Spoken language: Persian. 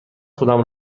خودم